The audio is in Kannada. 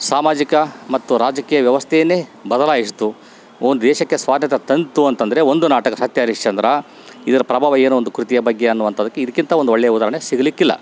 ಸಾಮಾಜಿಕ ಮತ್ತು ರಾಜಕೀಯ ವ್ಯವಸ್ಥೆಯನ್ನೇ ಬದಲಾಯಿಸಿತು ಒಂದು ದೇಶಕ್ಕೆ ಸ್ವಾತಂತ್ರ್ಯ ತಂದಿತು ಅಂತಂದ್ರೆ ಒಂದು ನಾಟಕ ಸತ್ಯಹರಿಶ್ಚಂದ್ರ ಇದರ ಪ್ರಭಾವ ಏನು ಒಂದು ಕೃತಿಯ ಬಗ್ಗೆ ಅನ್ನುವಂಥದಕ್ಕೆ ಇದ್ಕಿಂತ ಒಂದು ಒಳ್ಳೆಯ ಉದಾಹರ್ಣೆ ಸಿಗಲಿಕ್ಕಿಲ್ಲ